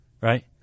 right